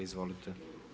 Izvolite.